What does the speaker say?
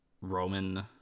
Roman